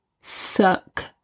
suck